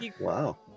Wow